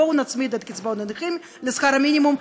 בואו נצמיד את קצבאות הנכים לשכר המינימום.